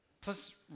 Plus